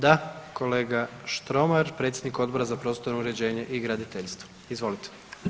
Da, kolega Štromar, predsjednik Odbora za prostorno uređenje i graditeljstvo, izvolite.